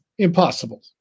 Impossible